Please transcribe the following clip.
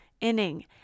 inning